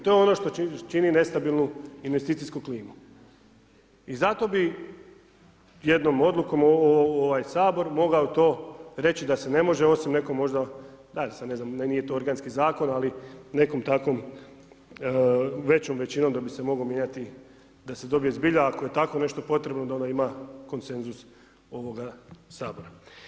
To je ono što čini nestabilnu investicijsku klimu i zato bi jednom odlukom ovaj sabor mogao to reći da se ne može osim nekom možda sad ne znam nije to organski zakon, ali nekom takom većom većinom da bi se mogao mijenjati, da se dobije zbilja ako je tako nešto potrebno da ona ima konsenzus ovoga sabora.